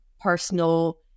personal